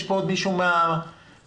יש פה מישהו מהאוצר,